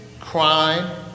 crime